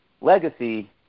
legacy